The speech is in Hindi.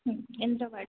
इंद्रा वार्ड